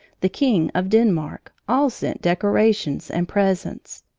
the king of denmark, all sent decorations and presents.